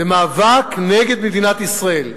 זה מאבק נגד מדינת ישראל.